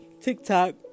TikTok